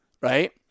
right